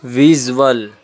visual